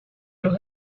los